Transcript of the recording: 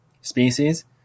Species